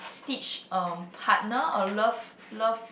Stitch um partner a love love